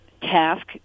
task